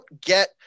get